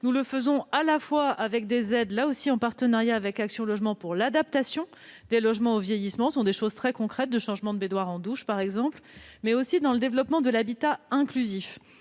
Nous le faisons non seulement des aides, là encore en partenariat avec Action Logement, pour l'adaptation des logements au vieillissement- ce sont des actions très concrètes comme le changement de baignoires en douches, par exemple -, mais aussi dans le cadre du développement de l'habitat inclusif.